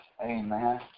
Amen